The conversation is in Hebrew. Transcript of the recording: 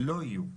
לא יהיו,